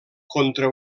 contra